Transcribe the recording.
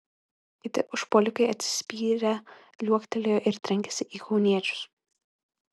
kiti užpuolikai atsispyrę liuoktelėjo ir trenkėsi į kauniečius